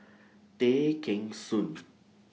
Tay Kheng Soon